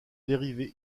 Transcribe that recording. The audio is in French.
dérivés